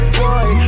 boy